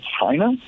China